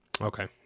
Okay